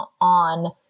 on